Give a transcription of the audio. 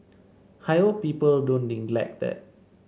I hope people don't neglect that